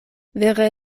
vere